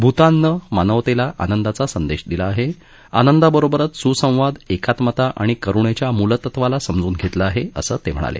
भूताननं मानवतेला आनंदाचा संदेश दिला आहे आनंदाबरोबरच सुसंवाद एकात्मता आणि करुणेच्या मूलतत्वाला समजून घेतलं आहे असं ते म्हणाले